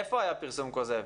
איפה היה הפרסום הכוזב?